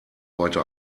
heute